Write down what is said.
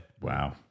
Wow